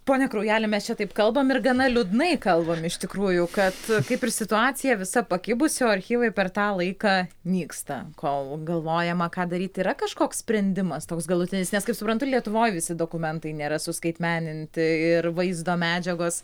pone kraujeli mes čia taip kalbam ir gana liūdnai kalbam iš tikrųjų kad kaip ir situacija visa pakibusi o archyvai per tą laiką nyksta kol galvojama ką daryti yra kažkoks sprendimas toks galutinis nes kaip suprantu lietuvoj visi dokumentai nėra suskaitmeninti ir vaizdo medžiagos